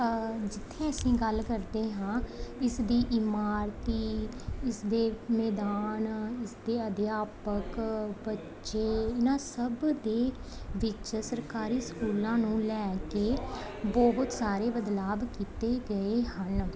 ਜਿੱਥੇ ਅਸੀਂ ਗੱਲ ਕਰਦੇ ਹਾਂ ਇਸ ਦੀ ਇਮਾਰਤੀ ਇਸਦੇ ਮੈਦਾਨ ਇਸਦੇ ਅਧਿਆਪਕ ਬੱਚੇ ਇਹਨਾਂ ਸਭ ਦੇ ਵਿੱਚ ਸਰਕਾਰੀ ਸਕੂਲਾਂ ਨੂੰ ਲੈ ਕੇ ਬਹੁਤ ਸਾਰੇ ਬਦਲਾਵ ਕੀਤੇ ਗਏ ਹਨ